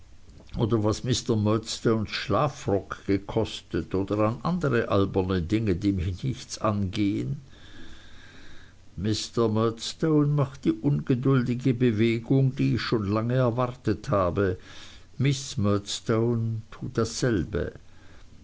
oder was mr murdstones schlafrock kostet oder an andere alberne dinge die mich nichts angehen mr murdstone macht die ungeduldige bewegung die ich schon lange erwartet habe miß murdstone tut dasselbe